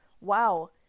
wow